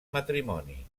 matrimoni